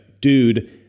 Dude